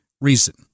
reason